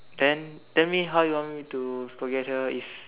then tell me how you want me to forget her if